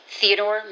Theodore